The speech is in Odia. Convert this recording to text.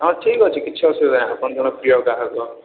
ହଁ ଠିକ୍ ଅଛି କିଛି ଅସୁବିଧା ନାଇଁ ଆପଣ ଜଣେ ପ୍ରିୟ ଗ୍ରାହକ